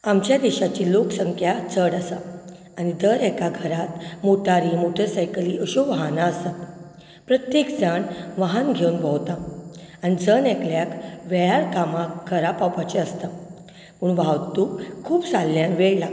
आमच्या देशाची लोकसंख्या चड आसा आनी दर एका घरांत मोटारी मोटरसायकली अशीं वाहनां आसात प्रत्येक जाण वाहन घेवन भोंवता आनी जण एकल्याक वेळार कामाक घरा पावपाचें आसता पूण वाहतूक खूब जाल्ल्यान वेळ लागता